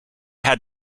had